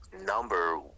number